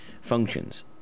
functions